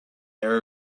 narrow